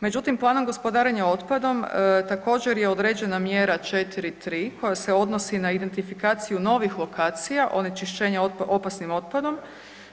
Međutim, planom gospodarenja otpadom također, je određena mjera 4-3 koja se odnosi na identifikaciju novih lokacija onečišćenjem opasnim otpadom